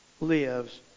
lives